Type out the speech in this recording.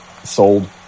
Sold